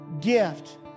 gift